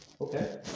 Okay